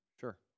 Sure